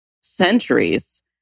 centuries